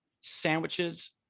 sandwiches